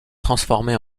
transformés